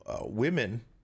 women